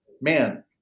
man